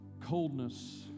coldness